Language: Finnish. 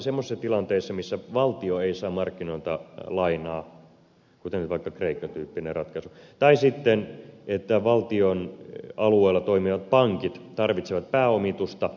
semmoisissa tilanteissa missä valtio ei saa markkinoilta lainaa kuten nyt vaikka kreikka tyyppinen ratkaisu tai sitten silloin kun valtion alueella toimivat pankit tarvitsevat pääomitusta